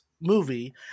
movie